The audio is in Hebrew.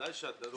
ודאי שלעובדים.